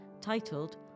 titled